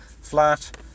flat